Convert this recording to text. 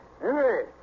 Henry